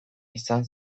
izan